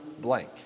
blank